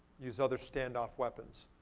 use other standoff weapons.